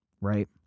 right